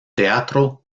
teatro